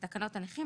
לתקנות הנכים,